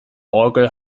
orgel